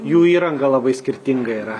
jų įranga labai skirtinga yra